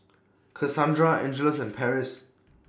Casandra Angeles and Patrice